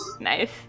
Nice